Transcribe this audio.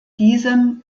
diesem